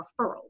referrals